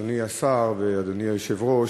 אדוני השר ואדוני היושב-ראש.